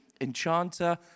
enchanter